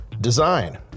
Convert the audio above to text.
design